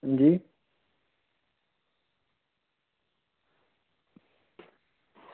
अंजी